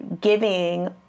giving